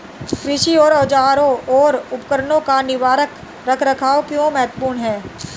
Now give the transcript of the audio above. कृषि औजारों और उपकरणों का निवारक रख रखाव क्यों महत्वपूर्ण है?